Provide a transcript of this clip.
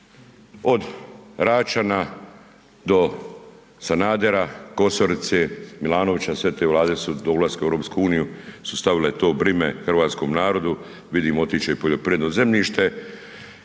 od Račana do Sanadera, Kosorice, Milanovića, sve te Vlade su do ulaska u EU su stavile to breme hrvatskom narodu, vidimo otići će i poljoprivredno zemljište.